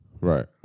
Right